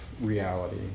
reality